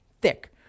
thick